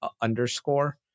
underscore